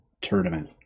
tournament